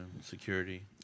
security